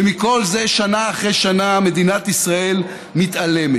ומכל זה, שנה אחרי שנה מדינת ישראל מתעלמת.